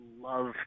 love